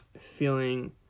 feeling